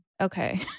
Okay